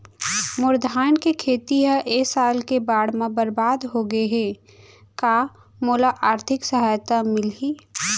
मोर धान के खेती ह ए साल के बाढ़ म बरबाद हो गे हे का मोला आर्थिक सहायता मिलही?